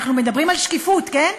אנחנו מדברים על שקיפות, כן?